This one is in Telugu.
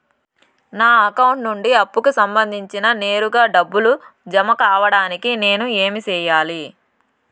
నా అకౌంట్ నుండి అప్పుకి సంబంధించి నేరుగా డబ్బులు జామ కావడానికి నేను ఏమి సెయ్యాలి?